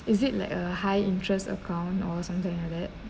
is it like a high interest account or something like that